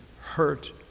hurt